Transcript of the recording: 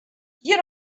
you